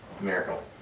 Miracle